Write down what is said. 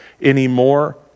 anymore